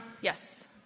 Yes